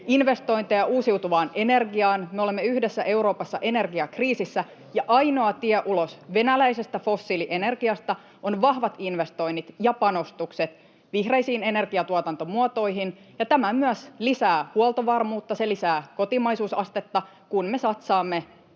investointeja uusiutuvaan energiaan. Me olemme Euroopassa energiakriisissä yhdessä, ja ainoa tie ulos venäläisestä fossiilienergiasta ovat vahvat investoinnit ja panostukset vihreisiin energiatuotantomuotoihin. Tämä myös lisää huoltovarmuutta, se lisää kotimaisuusastetta, kun me satsaamme